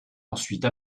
ensuite